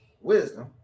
wisdom